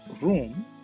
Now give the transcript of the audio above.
room